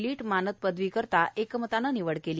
लीट मानद पदवीकरिता एकमताने निवड झाली